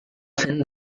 fent